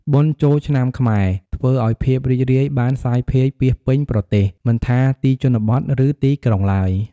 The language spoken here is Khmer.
បុណ្យចូលឆ្នាំខ្មែរធ្វើឲ្យភាពរីករាយបានសាយភាយពាសពេញប្រទេស មិនថាទីជនបទ ឬ ទីក្រុងឡើយ។